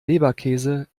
leberkäse